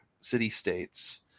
city-states